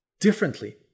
differently